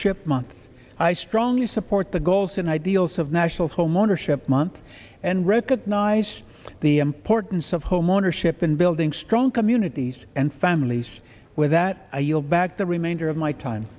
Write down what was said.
ship month i strongly support the goals and ideals of national homeownership month and recognize the importance of homeownership in building strong communities and families with that i yield back the remainder of my time